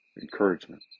encouragement